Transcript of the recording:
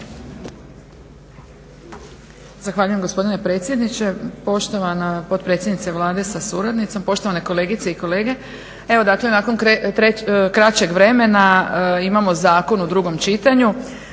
Zahvaljujem gospodine predsjedniče, poštovana potpredsjednice Vlade sa suradnicom, poštovane kolegice i kolege. Evo dakle, nakon kraćeg vremena imamo zakon u 2. čitanju